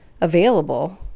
available